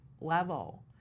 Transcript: level